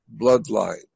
bloodline